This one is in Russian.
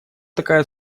такая